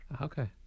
Okay